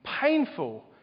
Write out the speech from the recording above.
painful